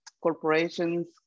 Corporations